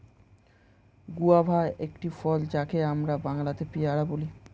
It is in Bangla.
গুয়াভা একটি ফল যাকে আমরা বাংলাতে পেয়ারা বলি